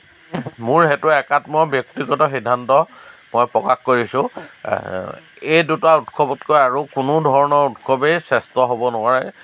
মোৰ সেইটো একাত্ম ব্যক্তিগত সিদ্ধান্ত মই প্ৰকাশ কৰিছোঁ এই দুটা উৎসৱতকৈ আৰু কোনো ধৰণৰ উৎসৱেই শ্ৰেষ্ঠ হ'ব নোৱাৰে